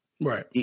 Right